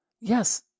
Yes